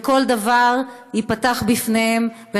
וכל דבר ייפתח לפניהם.